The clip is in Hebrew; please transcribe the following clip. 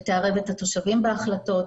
שתערב את התושבים בהחלטות,